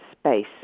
space